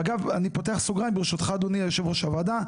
ואגב אני פותח סוגריים ברשותך אדוני יושב ראש הוועדה,